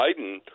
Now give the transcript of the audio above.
Biden